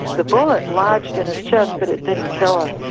the bullet lodged in his chest but it didn't kill him.